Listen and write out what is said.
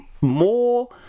more